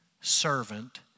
servant